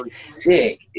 Sick